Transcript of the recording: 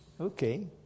Okay